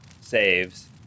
saves